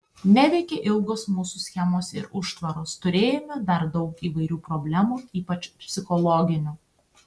neveikė ilgos mūsų schemos ir užtvaros turėjome dar daug įvairių problemų ypač psichologinių